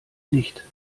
nicht